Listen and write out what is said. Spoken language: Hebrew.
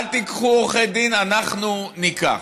אל תיקחו עורכי דין, אנחנו ניקח.